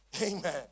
Amen